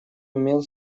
умел